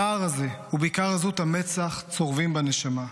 הפער הזה ובעיקר עזות המצח צורבים בנשמה.